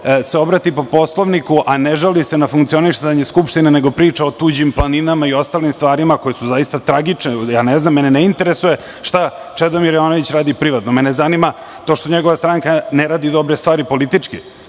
neko obrati po poslovniku, a ne žali se na funkcionisanje Skupštine nego priča o tuđim planinama i ostalim stvarima, koje su zaista tragične, ne znam, mene ne interesuje šta Čedomir Jovanović radi privatno, mene zanima to što njegova stranka ne radi dobro stvari politički,